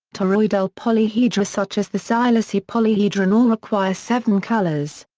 toroidal polyhedra such as the so szilassi polyhedron all require seven colors.